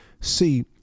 See